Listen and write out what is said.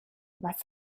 was